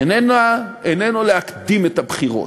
אינו להקדים את הבחירות.